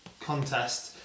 contest